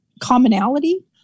commonality